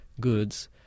goods